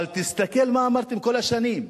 אבל תסתכל מה אמרתם כל השנים,